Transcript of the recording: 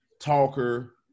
talker